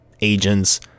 agents